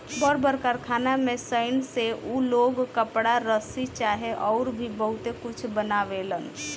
बड़ बड़ कारखाना में सनइ से उ लोग कपड़ा, रसरी चाहे अउर भी बहुते कुछ बनावेलन